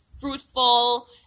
fruitful